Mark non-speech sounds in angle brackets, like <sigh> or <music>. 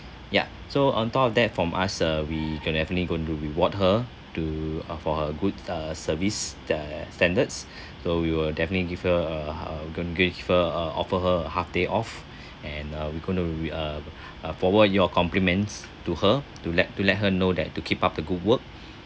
ya so on top of that from us uh we gonna definitely going to reward her to uh for her good uh service uh standards <breath> so we will definitely give her uh uh going to give her a offer her a half day off and <breath> uh we're going to we uh <breath> uh forward your compliments to her to let to let her know that to keep up the good work